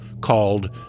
called